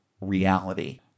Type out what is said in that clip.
reality